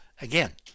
again